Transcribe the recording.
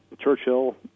Churchill